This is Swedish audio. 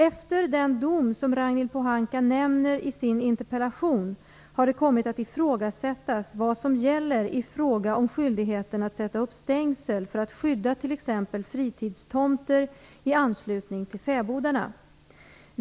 Efter den dom som Ragnhild Pohanka nämner i sin interpellation har det kommit att ifrågasättas vad som gäller i fråga om skyldigheten att sätta upp stängsel för att skydda t.ex. fritidstomter i anslutning till fäbodarna.